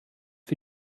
für